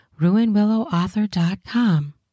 RuinWillowAuthor.com